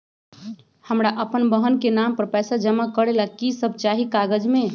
हमरा अपन बहन के नाम पर पैसा जमा करे ला कि सब चाहि कागज मे?